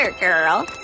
girl